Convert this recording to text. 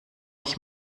ich